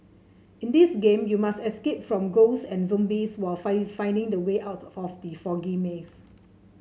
in this game you must escape from ghosts and zombies while find finding the way out from the foggy maze